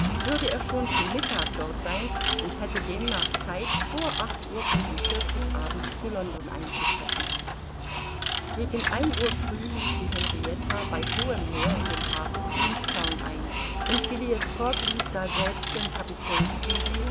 würde er schon zu mittag dort sein und hätte demnach zeit vor acht uhr fünfundvierzig abends zu london einzutreffen gegen ein uhr früh lief die henrietta bei hohem meer in den hafen queenstown ein und phileas fogg ließ daselbst den